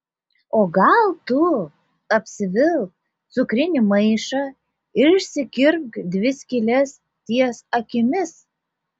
o gal tu apsivilk cukrinį maišą ir išsikirpk dvi skyles ties akimis